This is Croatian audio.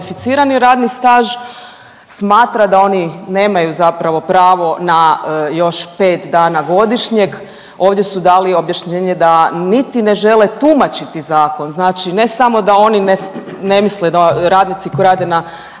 beneficirani radni staž smatra da oni nemaju zapravo pravo na još 5 dana godišnjeg. Ovdje su dali objašnjenje da niti ne žele tumačiti zakon. Znači ne samo da oni ne misle da radnici koji rade na